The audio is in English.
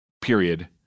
period